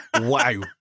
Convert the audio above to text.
Wow